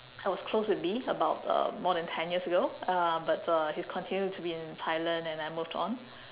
I was close with B about uh more than ten years ago uh but uh he continue to be in thailand and I moved on